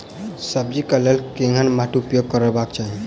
सब्जी कऽ लेल केहन माटि उपयोग करबाक चाहि?